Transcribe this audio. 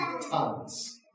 tons